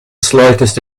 slightest